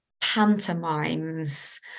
pantomimes